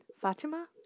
Fatima